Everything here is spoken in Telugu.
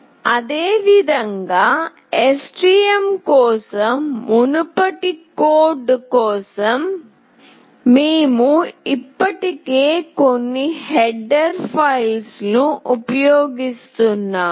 అదేవిధంగా STM కోసం మునుపటి కోడ్ కోసం మేము ఇప్పటికే కొన్ని హెడర్ ఫైళ్ళను ఉపయోగిస్తున్నాము